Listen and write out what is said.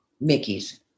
Mickey's